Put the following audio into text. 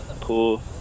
cool